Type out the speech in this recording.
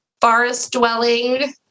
forest-dwelling